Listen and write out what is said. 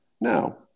now